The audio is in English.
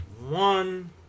one